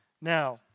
now